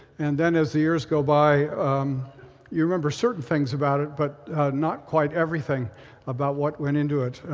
and then as the years go by you remember certain things about it but not quite everything about what went into it.